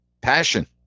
Passion